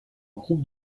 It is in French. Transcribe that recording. groupe